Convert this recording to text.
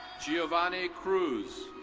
giovanni cruz.